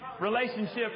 relationship